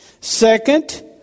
Second